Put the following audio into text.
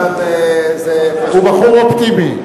הוא בחור אופטימי.